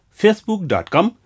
facebook.com